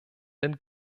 den